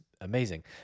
Amazing